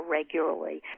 regularly